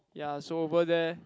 ya so over there